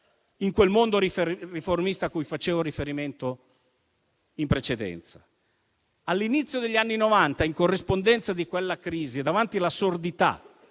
in quel mondo riformista a cui facevo riferimento in precedenza. All'inizio degli anni Novanta, in corrispondenza di quella crisi, davanti all'assurdità